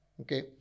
Okay